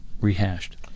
rehashed